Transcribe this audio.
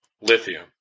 lithium